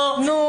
נכון.